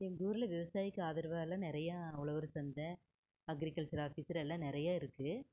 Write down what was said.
எங்கள் ஊரில் விவயசாயிக்கு ஆதரவாகலாம் நிறையா உழவர் சந்தை அக்ரிகல்ச்சர் ஆஃபிஸ்ஸர் எல்லாம் நிறையா இருக்கு